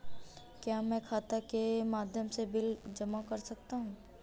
क्या मैं खाता के माध्यम से बिल जमा कर सकता हूँ?